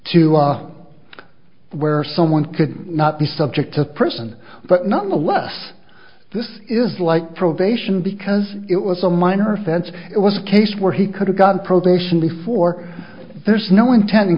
to our where someone could not be subject to prison but nonetheless this is like probation because it was a minor offense it was a case where he could have gotten probation before there's no intent in